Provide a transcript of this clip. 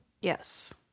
Yes